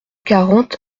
quarante